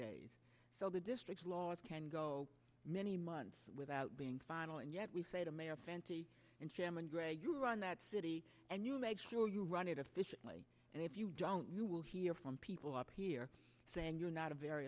days so the district lot can go many months without being final and yet we say to mayor fenty and chairman gray you run that city and you make sure you run it efficiently and if you don't you will hear from people up here saying you're not a very